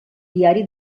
diari